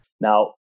Now